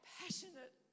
passionate